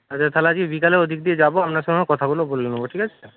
আচ্ছা তাহলে আজকে বিকেলে ওদিক দিয়ে যাব আপনার সঙ্গেও কথাগুলো বলে নেব ঠিক আছে